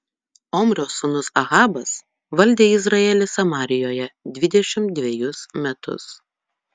omrio sūnus ahabas valdė izraelį samarijoje dvidešimt dvejus metus